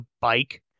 bike